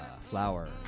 flower